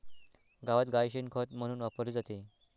गावात गाय शेण खत म्हणून वापरली जाते